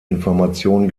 information